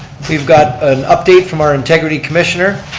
we've got an update from our integrity commissioner.